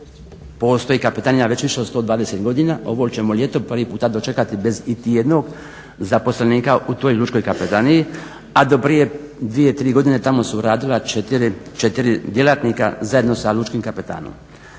postoji kapetanija više od 120 godina, ovo ćemo ljeto prvi puta dočekati bez iti jednog zaposlenika u toj lučkoj kapetaniji, a do prije dvije, tri godine tamo su radila 4 djelatnika zajedno sa lučkim kapetanom.